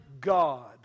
God